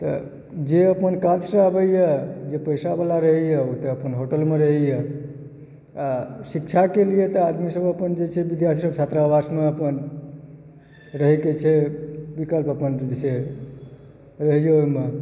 तऽ जे अपन काजसंँ अबैए जे पैसा वला रहैए ओ तऽ अपन होटलमे रहैए आ शिक्षाके लिए तऽ आदमी सब अपन जे छै विद्यार्थी छात्रावासमे अपन रहएके छै विकल्प अपन जे छै से सँ रहैए ओहिमे